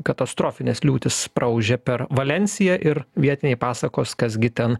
katastrofinės liūtis praūžė per valensiją ir vietiniai pasakos kas gi ten